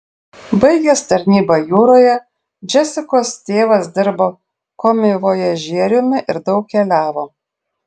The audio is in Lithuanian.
baigęs tarnybą jūroje džesikos tėvas dirbo komivojažieriumi ir daug keliavo